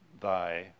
thy